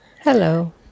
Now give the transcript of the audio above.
Hello